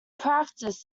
practice